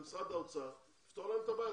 על משרד האוצר ולפתור להם את הבעיה.